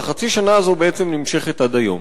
והחצי שנה הזאת בעצם נמשכת עד היום.